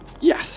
Yes